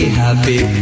happy